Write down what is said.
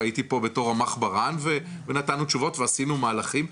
והייתי פה בתור רמ"ח ברה"ן ונתנו תשובות ועשינו מהלכים,